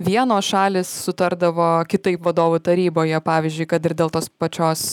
vienos šalys sutardavo kitaip vadovų taryboje pavyzdžiui kad ir dėl tos pačios